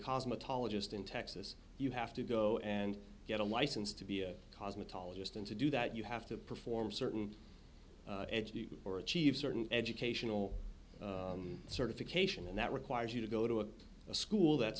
cosmetologist in texas you have to go and get a license to be a cosmetologist and to do that you have to perform certain or achieve certain educational certification and that requires you to go to a school that's